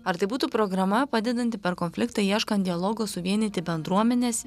ar tai būtų programa padedanti per konfliktą ieškant dialogo suvienyti bendruomenes